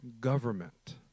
government